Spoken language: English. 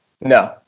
No